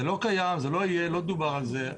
זה לא קיים, זה לא יהיה, לא דובר על זה.